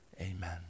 Amen